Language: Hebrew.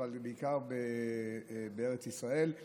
אבל בעיקר בארץ ישראל.